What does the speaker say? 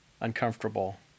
uncomfortable